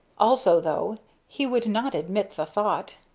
also, though he would not admit the thought,